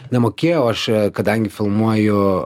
nemokėjau aš kadangi filmuoju